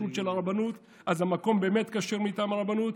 כשרות של הרבנות אז המקום באמת כשר מטעם הרבנות,